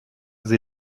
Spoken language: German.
sie